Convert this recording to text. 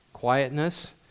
Quietness